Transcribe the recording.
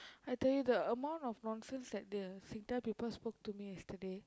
I tell you the amount of nonsense that the Singtel people spoke me yesterday